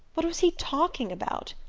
what was he talking about?